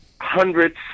Hundreds